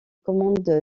commande